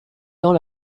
dans